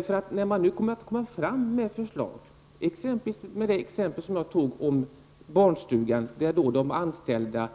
Socialdemokraterna kommer ju nämligen när förslag lämnas, som t.ex. i det fall jag tog upp om barnstugan där de anställda